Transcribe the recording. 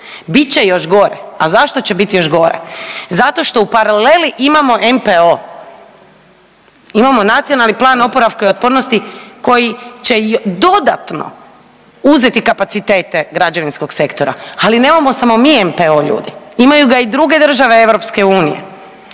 će još gore. A zašto će biti još gore? Zato što paraleli imamo NPO, imamo Nacionalni plan oporavka i otpornosti koji će dodatno uzeti kapacitete građevinskog sektora, ali nemamo samo mi NPO ljudi, imaju ga i druge države EU. Tako da će